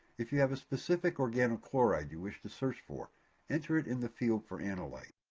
if you have a specific organochloride you wish to search for enter it in the field for analyte.